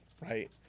right